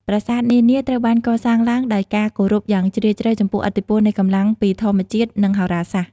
ប្រាសាទនានាត្រូវបានកសាងឡើងដោយការគោរពយ៉ាងជ្រាលជ្រៅចំពោះឥទ្ធិពលនៃកម្លាំងពីធម្មជាតិនិងហោរាសាស្ត្រ។